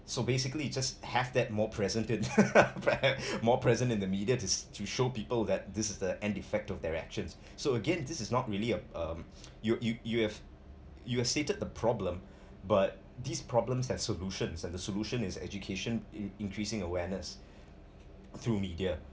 so basically just have that more present perhaps more present in the media just to show people that this is the end effect of their actions so again this is not really um you you you you have stated the problem but these problems and solutions and the solution is education in~ increasing awareness through media